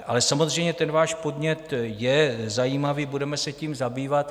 Ale samozřejmě, váš podnět je zajímavý, budeme se tím zabývat.